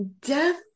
death